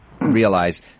realize